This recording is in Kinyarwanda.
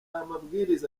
amabwiriza